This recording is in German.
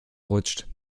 rutscht